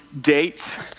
dates